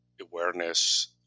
awareness